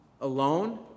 alone